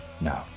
No